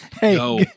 Hey